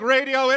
Radio